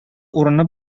урыны